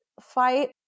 fight